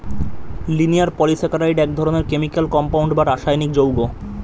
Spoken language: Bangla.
লিনিয়ার পলিস্যাকারাইড এক ধরনের কেমিকাল কম্পাউন্ড বা রাসায়নিক যৌগ